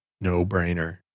no-brainer